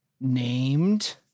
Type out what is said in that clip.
named